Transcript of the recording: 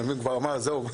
הוא כבר אמר וזהו.